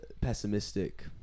pessimistic